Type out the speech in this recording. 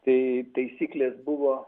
tai taisyklės buvo